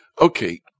okay